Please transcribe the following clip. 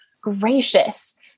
gracious